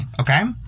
okay